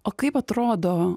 o kaip atrodo